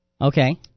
Okay